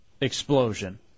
explosion